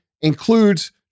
includes